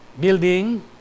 Building